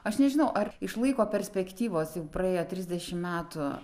aš nežinau ar iš laiko perspektyvos jau praėjo trisdešimt metų